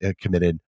committed